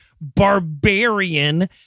barbarian